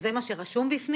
שזה מה שרשום שם?